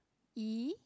E